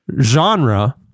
genre